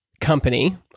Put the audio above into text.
company